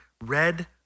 red